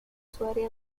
sweaty